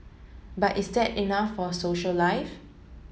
but is that enough for social life